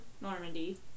Normandy